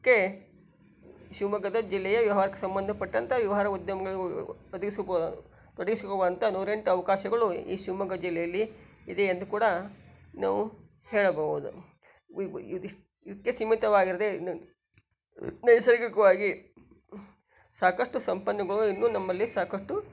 ಕ್ಕೆ ಶಿವಮೊಗ್ಗದ ಜಿಲ್ಲೆಯ ವ್ಯವ್ಹಾರ್ಕೆ ಸಂಬಂಧಪಟ್ಟಂಥ ವ್ಯವಹಾರ ಉದ್ಯಮ್ಗಳು ಒದಗಿಸಿ ಕೋ ಒದಗಿಸಿಕೊಡುವಂಥ ನೂರೆಂಟು ಅವಕಾಶಗಳು ಈ ಶಿವಮೊಗ್ಗ ಜಿಲ್ಲೆಯಲ್ಲಿ ಇದೆ ಎಂದು ಕೂಡ ನಾವು ಹೇಳಬಹುದು ಇದಕ್ಕೆ ಸೀಮಿತವಾಗಿರದೆ ನೈಸರ್ಗಿಕವಾಗಿ ಸಾಕಷ್ಟು ಸಂಪನ್ನಗಳು ಇನ್ನೂ ನಮ್ಮಲ್ಲಿ ಸಾಕಷ್ಟು